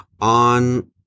on